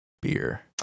beer